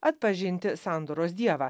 atpažinti sandoros dievą